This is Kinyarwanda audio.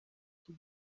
icyo